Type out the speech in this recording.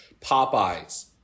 Popeyes